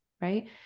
Right